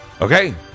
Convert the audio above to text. Okay